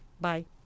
Bye